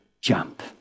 jump